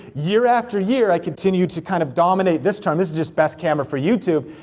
year after year, i continue to kind of dominate this term, this is just best camera for youtube,